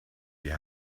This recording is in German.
wir